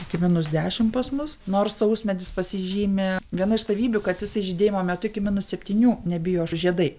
iki minus dešim pas mus nors sausmedis pasižymi viena iš savybių kad jisai žydėjimo metu iki minus septynių nebijo žiedai